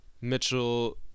Mitchell